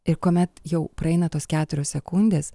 ir kuomet jau praeina tos keturios sekundės